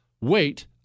Wait